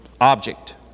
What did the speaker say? object